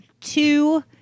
two